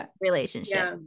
relationship